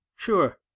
Sure